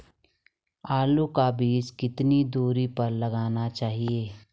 आलू का बीज कितनी दूरी पर लगाना चाहिए?